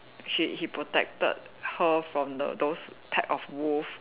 he he protected her from the those type of wolf